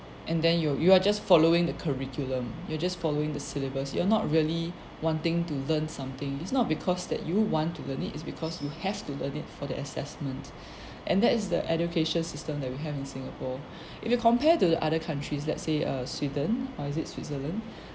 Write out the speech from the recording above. and then you you are just following the curriculum you'll just following the syllabus you're not really wanting to learn something it's not because that you want to learn it is because you have to learn it for the assessment and that is the education system that we have in singapore if you compare to the other countries let's say err sweden or is it switzerland